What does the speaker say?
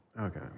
Okay